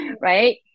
right